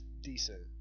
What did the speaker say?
decent